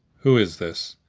who is this?